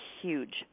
huge